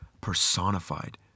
personified